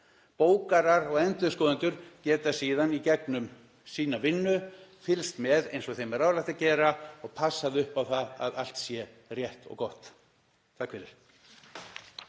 Bókarar og endurskoðendur geta síðan í gegnum sína vinnu fylgst með eins og þeim er ráðlagt að gera og passað upp á það að allt sé rétt og gott. SPEECH_END